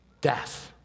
death